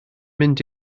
mynd